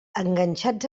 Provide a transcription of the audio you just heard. enganxats